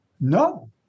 no